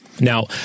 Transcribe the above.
Now